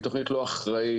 היא תוכנית לא אחראית.